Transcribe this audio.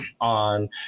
on